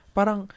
Parang